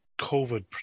COVID